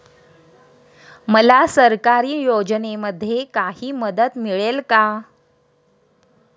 मला सरकारी योजनेमध्ये काही मदत मिळेल का?